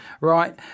right